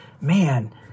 man